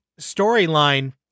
storyline